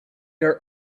were